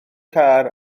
car